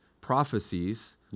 prophecies